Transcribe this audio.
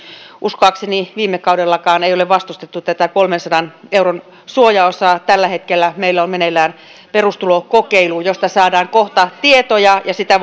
uskoakseni viime kaudellakaan ei ole vastustettu kolmensadan euron suojaosaa tällä hetkellä meillä on meneillään perustulokokeilu josta saadaan kohta tietoja ja sitä